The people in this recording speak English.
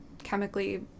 chemically